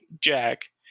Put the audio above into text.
jack